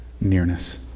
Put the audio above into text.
nearness